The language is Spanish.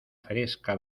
fresca